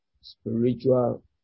spiritual